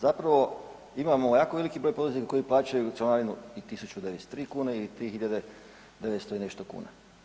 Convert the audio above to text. Zapravo, imamo jako veliki broj poduzetnika koji plaćaju članarinu i 1093 kune i 3 900 i nešto kuna.